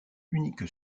unique